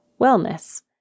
wellness